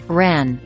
ran